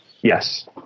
Yes